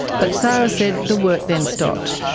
but sara said the work then stopped.